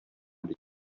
бит